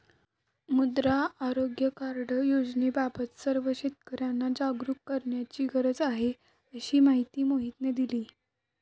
मृदा आरोग्य कार्ड योजनेबाबत सर्व शेतकर्यांना जागरूक करण्याची गरज आहे, अशी माहिती मोहितने दिली